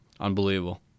Unbelievable